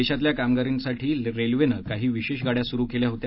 देशातील कामगारांसाठी रेल्वेने काही विशेष गाड्या सुरू केल्या होत्या